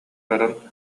баран